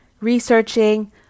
researching